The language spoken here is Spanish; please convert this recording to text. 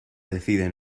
decide